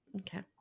Okay